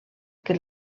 que